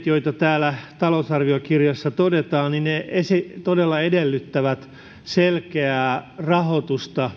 joita täällä talousarviokirjassa todetaan toteuttaminen todella edellyttää selkeää rahoitusta